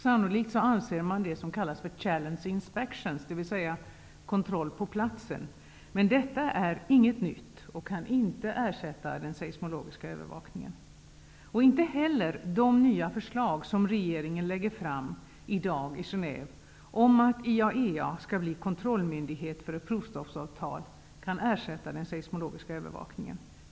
Sannolikt avser man ''challenge inspections'', dvs. kontroll på platsen, men detta är inget nytt och kan inte ersätta den seismologiska övervakningen. Inte heller de nya förslag som regeringen lägger fram i dag i Genève om att IAEA skall bli kontrollmyndighet för ett provstoppsavtal kan ersätta den seismologiska övervakningen.